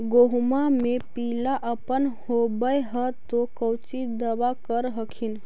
गोहुमा मे पिला अपन होबै ह तो कौची दबा कर हखिन?